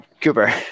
Cooper